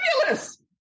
Fabulous